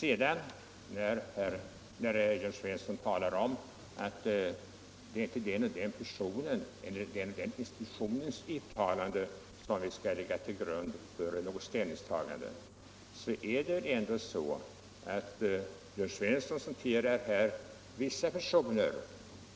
Herr Svensson i Malmö talar om att det inte är den eller den personens eller institutionens uttalande som skall ligga till grund för något ställningstagande om hur lag skall tolkas, men själv citerar han vissa personer